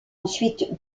ensuite